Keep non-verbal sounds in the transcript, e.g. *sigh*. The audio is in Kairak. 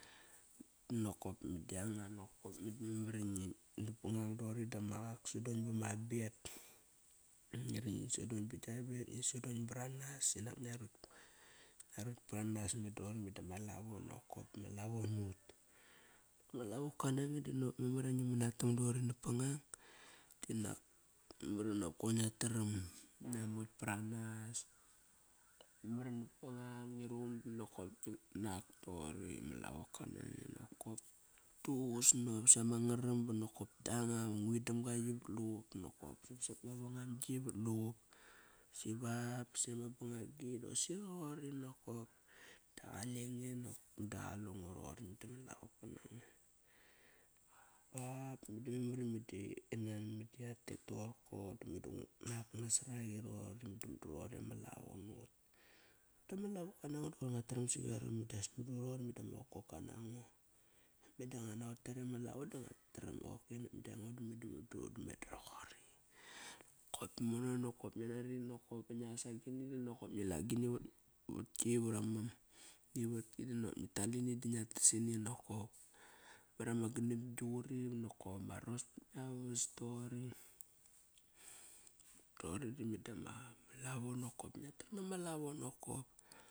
Nokop, meda yanga nokop. Meda memar iva nap pa ngang doqori dama qaksidan bama bet. Qari ngi sodon ba gia bet, ngi sodon baranas inak ngia rukt, ngia rukt paranas mudu rori meda ma lavo nokop. ma lavo nut. Ma lavoka nange dinop memar i ngi manatam dori nap pangpang dinak memar iva koir ngia tram ingia mukt paranas. Memar i napangang, ngi ruqum dinokop ngik nak toqori ma lavoka nange nakop. Vat duququs nange dopsi ama ngaram ba nokop kianga ma nguidamga yi vat inqup nokop. Sapsop mavangam gi vat luqup. Siva basi ama bangagi dosi roqori nokop. Da qalenge nop ngada qalengo roqori *unintelligible* ba boda memar i me nan meda yatet toqorko da meda nguk nak nasar aqi roqori. Mudu roqori ma lavo nut. Dama lavoka nango da qoir ngua tram sa veram. Qopkias mudu roqori meda ma qolola nango. Meda nguan nagot kiare ma lava da ngua tram *unintelligible* meda roqori kop mono nokop ngia nari nokop pa ngias agini dinakop ngila agini vat ki vama ivatki dinakop ngi ral ini ba ngiat tas ini. Nakop ama rangas pa ngia vas togori. Doqori da meda malavo nokop. Ngiat tram nama lavo nokop.